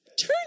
turn